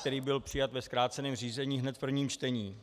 který byl přijat ve zkráceném řízení hned v prvním čtení.